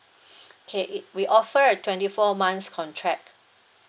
okay we offer a twenty four months contract